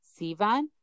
Sivan